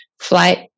Flight